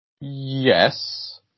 Yes